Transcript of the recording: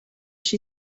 she